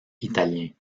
italiens